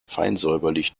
feinsäuberlich